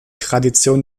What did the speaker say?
tradition